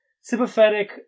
sympathetic